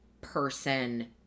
person